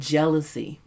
Jealousy